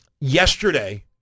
Yesterday